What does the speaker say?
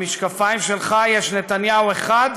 במשקפיים שלך יש נתניהו אחד,